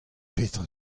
petra